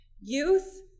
Youth